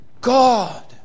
God